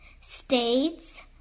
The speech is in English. states